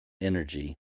energy